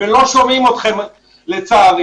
ולא שומעים אתכם לצערי.